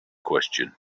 question